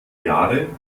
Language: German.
jahre